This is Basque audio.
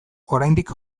oraindik